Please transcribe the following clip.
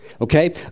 Okay